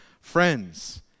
friends